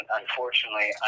unfortunately